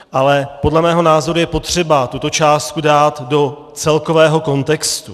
Ale podle mého názoru je potřeba tuto částku dát do celkového kontextu.